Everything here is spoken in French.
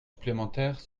supplémentaires